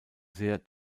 sehr